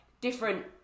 different